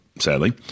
sadly